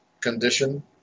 condition